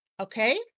Okay